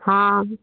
हाँ